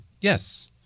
yes